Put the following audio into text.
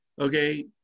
okay